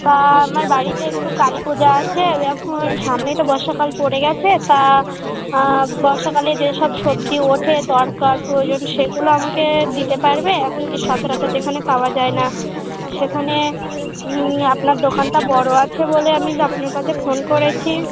তা আমার বাড়িতে একটু কালী পূজা আছে এখন সামনেই তো বর্ষাকাল পড়ে গিয়েছে তা বর্ষাকালে যে সব সবজি ওঠে দরকার প্রয়োজন সেগুলো আমাকে দিতে পারবে এখন যে সচরাচর যেখানে পাওয়া যায় না সেখানে আপনার দোকানটা বড় আছে বলে আমি আপনার কাছে ফোন করেছি